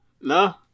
no